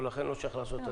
ולכן לא צריך לעשות הצבעה.